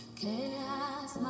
chaos